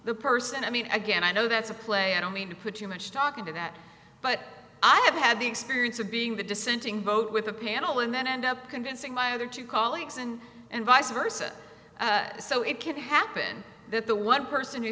the person i mean again i know that's a play i don't mean to put too much stock into that but i have had the experience of being the dissenting vote with a panel and then end up convincing my other two colleagues and and vice versa so it can't happen that the one person who